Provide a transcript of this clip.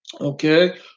Okay